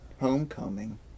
Homecoming